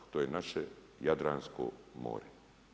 To je naše Jadransko more.